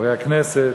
חברי הכנסת,